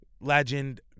legend